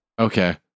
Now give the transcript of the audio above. Okay